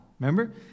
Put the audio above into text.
Remember